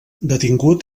detingut